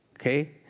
Okay